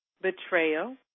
betrayal